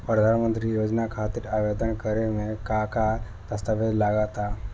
प्रधानमंत्री योजना खातिर आवेदन करे मे का का दस्तावेजऽ लगा ता?